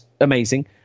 amazing